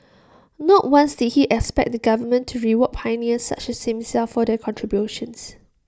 not once did he expect the government to reward pioneers such as himself for their contributions